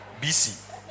BC